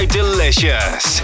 Delicious